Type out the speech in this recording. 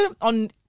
on